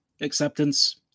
acceptance